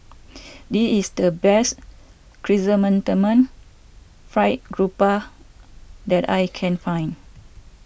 this is the best Chrysanthemum Fried Grouper that I can find